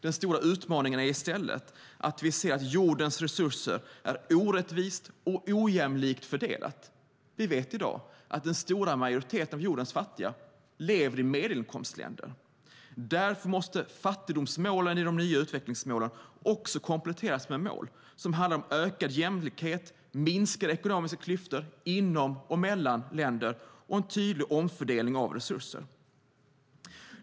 Den stora utmaningen är i stället att jordens resurser är orättvist och ojämlikt fördelade. Vi vet i dag att den stora majoriteten av jordens fattiga lever i medelinkomstländer. Därför måste fattigdomsmålen i de nya utvecklingsmålen också kompletteras med mål som handlar om ökad jämlikhet, minskade ekonomiska klyftor inom och mellan länder och en tydlig omfördelning av resurser.